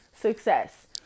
success